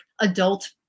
adult